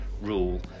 rule